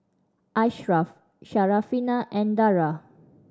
Ashraf Syarafina and Dara